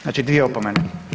Znači dvije opomene.